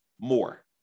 more